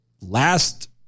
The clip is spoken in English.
last